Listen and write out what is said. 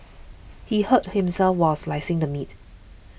he hurt himself while slicing the meat